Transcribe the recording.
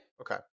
Okay